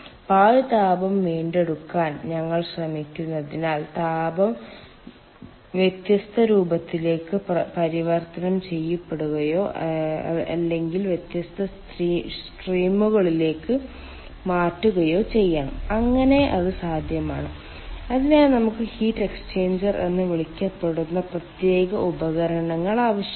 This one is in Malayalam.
പാഴ് താപം വീണ്ടെടുക്കാൻ ഞങ്ങൾ ശ്രമിക്കുന്നതിനാൽ താപം വ്യത്യസ്ത രൂപത്തിലേക്ക് പരിവർത്തനം ചെയ്യപ്പെടുകയോ അല്ലെങ്കിൽ വ്യത്യസ്ത സ്ട്രീമുകളിലേക്ക് മാറ്റുകയോ ചെയ്യണം അങ്ങനെ അത് സാധ്യമാണ് അതിനായി നമുക്ക് ഹീറ്റ് എക്സ്ചേഞ്ചർ എന്ന് വിളിക്കപ്പെടുന്ന പ്രത്യേക ഉപകരണങ്ങൾ ആവശ്യമാണ്